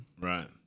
Right